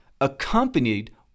accompanied